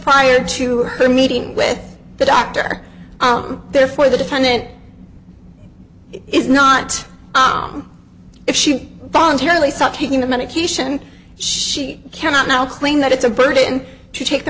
prior to her meeting with the doctor therefore the defendant is not if she voluntarily stopped taking the medication she cannot now claim that it's a burden to take the